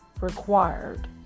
required